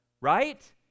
Right